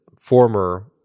former